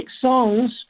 songs